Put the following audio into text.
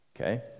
Okay